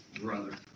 brother